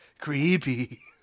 creepy